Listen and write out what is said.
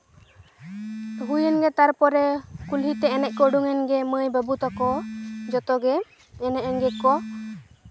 ᱦᱩᱭᱮᱱ ᱜᱮ ᱛᱟᱨᱯᱚᱨᱮ ᱠᱩᱞᱦᱤ ᱛᱮ ᱮᱱᱮᱡ ᱠᱚ ᱩᱰᱩᱝᱮᱱ ᱜᱮ ᱢᱟᱹᱭ ᱵᱟᱹᱵᱩ ᱛᱟᱠᱚ ᱡᱚᱛᱚ ᱜᱮ ᱮᱱᱮᱡ ᱮᱱ ᱜᱮᱠᱚ